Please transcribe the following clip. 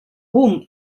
boom